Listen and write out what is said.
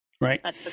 Right